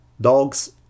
Dogs